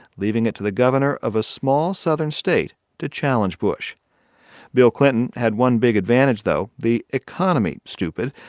leaving it to the governor of a small southern state to challenge bush bill clinton had one big advantage, though the economy, stupid.